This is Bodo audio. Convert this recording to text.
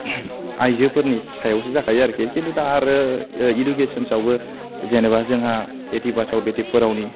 आयजोफोरनि सायावसो जाखायो आरोखि किन्तु दा आरो इदुकेसनसावबो जेनेबा जोंहा बेटि बचाउ बेटि पढावनि